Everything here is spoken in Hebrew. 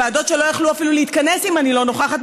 ועדות שלא יכלו אפילו להתכנס אם אני לא נוכחת,